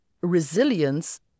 resilience